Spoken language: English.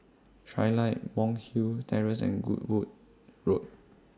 Trilight Monk's Hill Terrace and Goodwood Road